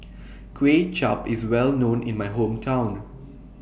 Kway Chap IS Well known in My Hometown